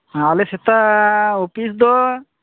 ᱦᱮᱸ ᱟᱞᱮ ᱥᱮᱛᱟᱜ ᱚᱯᱤᱥ ᱫᱚ